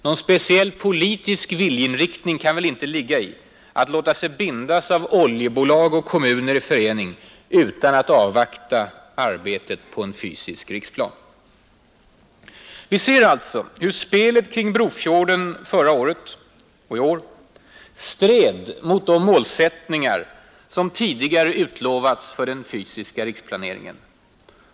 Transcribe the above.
Någon speciell politisk viljeinriktning kan väl inte gärna ligga i att låta sig bindas av oljebolag och kommuner i förening utan att avvakta arbetet på en fysisk riksplanering. Vi ser alltså hur spelet kring Brofjorden förra året och i år stred mot de målsättningar som tidigare hade utlovats för den fysiska riksplaneringen.